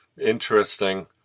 interesting